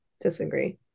Disagree